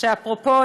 אפרופו,